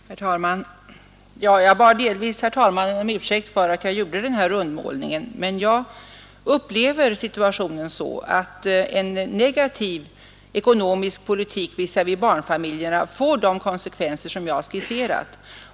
Herr talman! Jag bad delvis herr talmannen om ursäkt för att jag gjorde den här rundmålningen. Men jag upplever situationen så att en negativ ekonomisk politik visavi barnfamiljerna får de konsekvenser som jag skisserat.